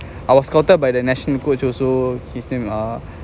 I was scotted by the national coach also he's in ah